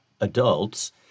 adults